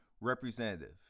representative